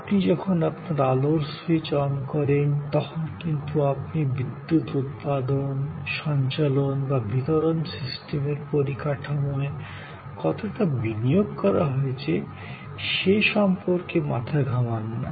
আপনি যখন আপনার আলোর সুইচ অন করেন তখন কিন্তু আপনি বিদ্যুত্ উৎপাদন সঞ্চালন বা বিতরণ সিস্টেমের পরিকাঠামোয় কতটা বিনিয়োগ করা হয়েছে সে সম্পর্কে মাথা ঘামান না